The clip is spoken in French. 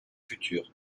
futures